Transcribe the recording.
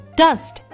dust